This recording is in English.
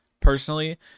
personally